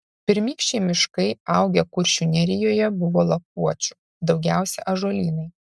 pirmykščiai miškai augę kuršių nerijoje buvo lapuočių daugiausiai ąžuolynai